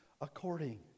according